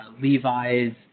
levi's